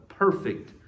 Perfect